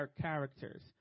characters